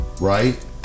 right